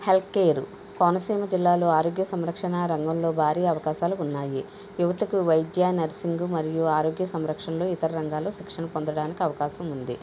health care Konaseema జిల్లాలో ఆరోగ్య సంరక్షణ రంగంలో భారీ అవకాశాలు ఉన్నాయి యువతకు వైద్యా నర్సింగ్ మరియు ఆరోగ్య సంరక్షణలు ఇతర రంగాల్లో శిక్షణ పొందడానికి అవకాశం ఉంది